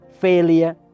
failure